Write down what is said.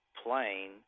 plain